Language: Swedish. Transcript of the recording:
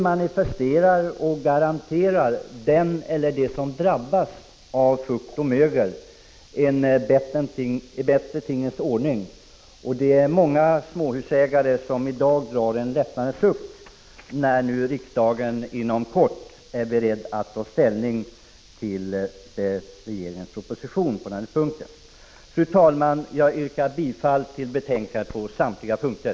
Det garanterar den eller dem som drabbas av fukt och mögel en bättre tingens ordning. Det är många småhusägare som i dag drar en lättnadens suck när riksdagen inom kort är beredd att ta ställning till regeringens proposition på den här punkten. Fru talman! Jag yrkar bifall till utskottets hemställan på samtliga punkter.